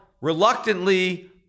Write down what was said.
reluctantly